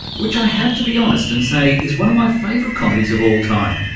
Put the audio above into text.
which i have to be honest and say is one of my favourite comedies of all time.